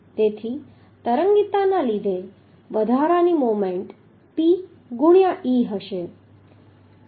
તેથી તરંગીતાને લીધે વધારાની મોમેન્ટ P ગુણ્યા e હશે